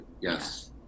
yes